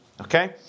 Okay